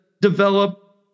develop